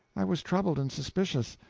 i was troubled and suspicious.